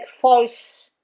false